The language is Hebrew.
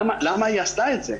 למה היא עשתה את זה?